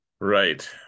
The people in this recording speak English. Right